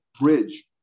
bridge